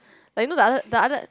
like the other the other